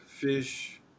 fish